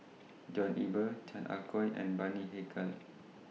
John Eber Chan Ah Kow and Bani Haykal